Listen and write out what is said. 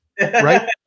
right